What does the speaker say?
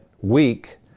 week